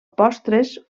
postres